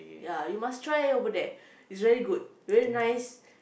ya you must try over there it's very good very nice